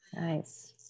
nice